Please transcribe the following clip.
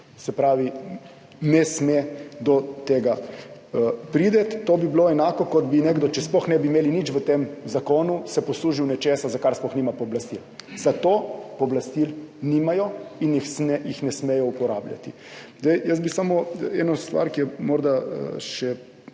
Se pravi, do tega ne sme priti. To bi bilo enako, kot bi se nekdo, če sploh ne bi imeli ničesar v tem zakonu, poslužil nečesa, za kar sploh nima pooblastil. Zato pooblastil nimajo in jih ne smejo uporabljati. Jaz bi [rekel] samo eno stvar, ki je morda še